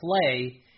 play